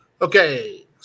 Okay